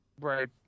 Right